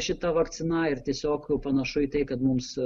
šita vakcina ir tiesiog panašu į tai kad mums